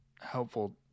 helpful